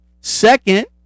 second